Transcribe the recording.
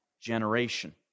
generation